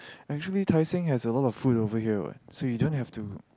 actually Tai-Seng has a lot of food over here what so you don't have to